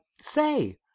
say